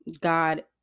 God